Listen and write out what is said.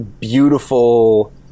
beautiful